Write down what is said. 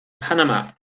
panama